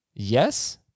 Yes